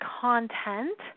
content